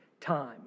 time